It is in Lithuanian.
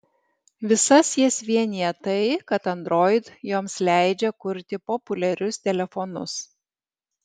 visas jas vienija tai kad android joms leidžia kurti populiarius telefonus